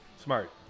Smart